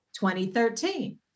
2013